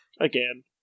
Again